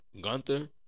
Gunther